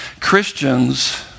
Christians